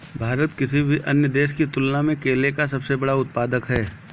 भारत किसी भी अन्य देश की तुलना में केले का सबसे बड़ा उत्पादक है